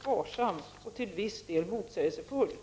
om ovannämnda händelse.